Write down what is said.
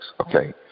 okay